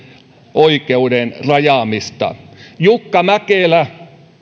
oikeuden rajaamista jukka mäkelä